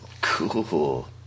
Cool